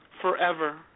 forever